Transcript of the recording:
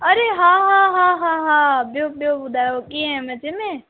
अड़े हा हा हा हा ॿियो ॿियो ॿुधायो कीअं मज़े में